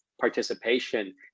participation